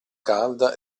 calda